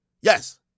Yes